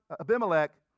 Abimelech